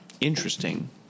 interesting